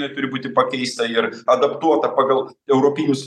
jinai turi būti pakeista ir adaptuota pagal europinius